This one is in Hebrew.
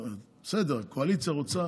זאת אומרת, בסדר, הקואליציה רוצה